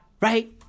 right